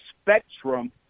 spectrum